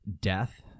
death